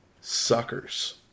suckers